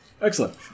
Excellent